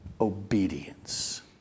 obedience